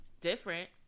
different